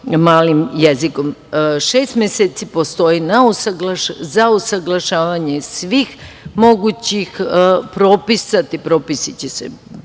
malim jezikom. Šest meseci postoji za usaglašavanje svih mogućih propisa. Ti propisi će se,